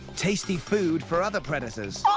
tasty food for other predators.